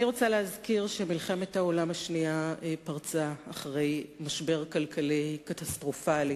אני רוצה להזכיר שמלחמת העולם השנייה פרצה אחרי משבר כלכלי קטסטרופלי,